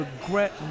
regret